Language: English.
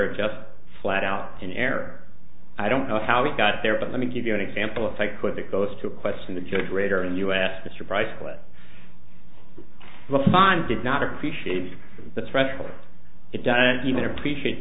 are just flat out in error i don't know how we got there but let me give you an example if i quit that goes to a question the judge rater in u s history priceless the fine did not appreciate the threshold it doesn't even appreciate